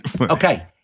Okay